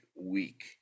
week